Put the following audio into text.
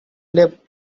lip